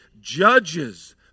judges